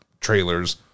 trailers